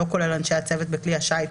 לא כולל אנשי הצוות בכלי השיט,